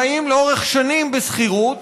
חיים לאורך שנים בשכירות,